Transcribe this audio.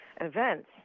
events